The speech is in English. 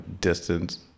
distance